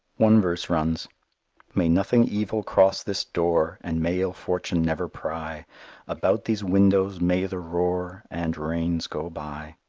one verse runs may nothing evil cross this door, and may ill fortune never pry about these windows may the roar and rains go by.